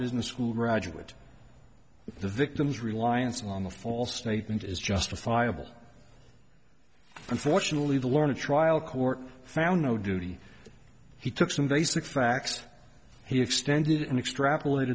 business school graduate the victim's reliance on the false statement is justifiable unfortunately the learned trial court found no duty he took some basic facts he extended and extrapolate